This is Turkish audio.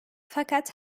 fakat